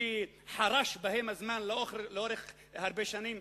שחרש בהן הזמן לאורך הרבה שנים?